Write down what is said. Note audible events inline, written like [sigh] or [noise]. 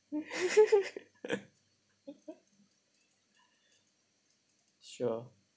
[laughs] sure